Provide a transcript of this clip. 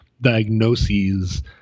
diagnoses